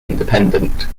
independent